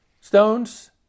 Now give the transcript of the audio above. stones